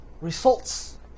Results